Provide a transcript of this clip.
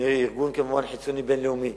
עם רה-ארגון, כמובן, חיצוני, בין-לאומי.